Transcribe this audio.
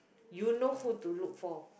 you know who to look for